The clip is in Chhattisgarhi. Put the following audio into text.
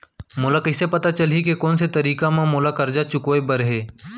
मोला कइसे पता चलही के कोन से तारीक म मोला करजा चुकोय बर हे?